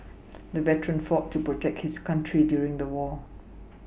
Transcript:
the veteran fought to protect his country during the war